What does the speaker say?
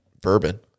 bourbon